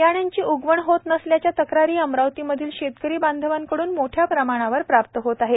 बियाण्याची उगवण होत नसल्याच्या तक्रारी अमरावती मधील शेतकरी बांधवांकडून मोठ्या प्रमाणावर प्राप्त होत आहेत